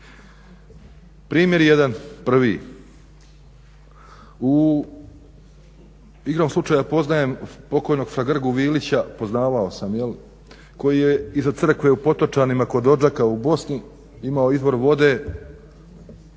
Primjer jedan, prvi u, igrom slučaja poznajem pokojnog fra Grgu Vilića poznavao sam, koji je iza crkve u Potočanima kod Odžaka u Bosni imao izvor vode